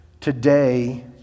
today